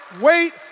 wait